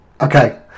Okay